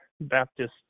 Baptist